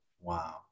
Wow